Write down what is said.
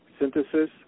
synthesis